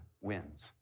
wins